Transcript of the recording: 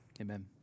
Amen